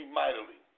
mightily